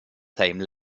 same